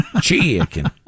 Chicken